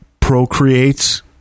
procreates